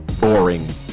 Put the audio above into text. Boring